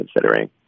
considering